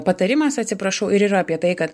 patarimas atsiprašau ir yra apie tai kad